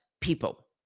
people